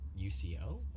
UCL